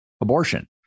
abortion